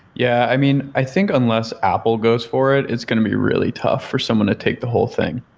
yeah. i mean, i think, unless apple goes for it, it's going to be really tough for someone to take the whole thing,